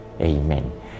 Amen